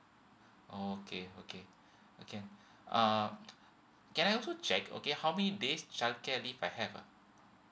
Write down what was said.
oh okay okay okay uh can I also check okay how many days childcare leave I have ah